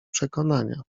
przekonania